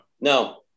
No